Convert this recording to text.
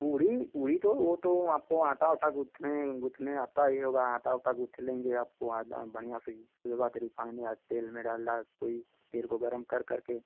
पूड़ी पूड़ी तो वह तो आपको आटा उटा गूथने गूथने आता ही होगा आटा उटा गूथ लेंगे आपको एकदम बढ़िया से उसके बाद रिफाइंड या तेल में डालडा कोई तेल को गरम कर कर के